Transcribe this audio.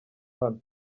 hano